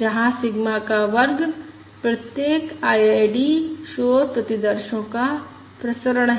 जहां सिग्मा का वर्ग प्रत्येक आईआईडी शोर प्रतिदर्शो का प्रसरण है